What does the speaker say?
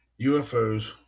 UFOs